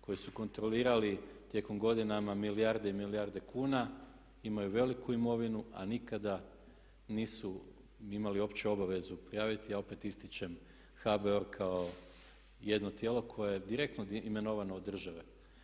koji su kontrolirali tijekom godinama milijarde i milijarde kuna, imaju veliku imovinu, a nikada nisu imali uopće obavezu prijaviti, a opet ističem HBOR kao jedno tijelo koje je direktno imenovano od države.